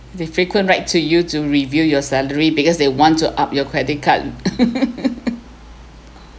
they frequent write to you to review your salary because they want to up your credit card